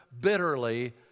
bitterly